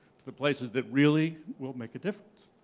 to the places that really will make a difference?